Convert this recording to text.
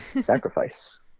Sacrifice